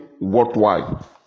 worthwhile